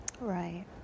Right